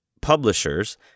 publishers